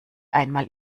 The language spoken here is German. einmal